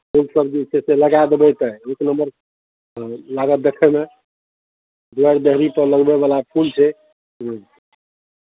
फूलसभ जे छै से लगा देबै तऽ एक नम्बर हँ लागत देखयमे दुआरि देहरीपर लगबयवला फूल छै हँ